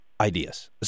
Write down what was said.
ideas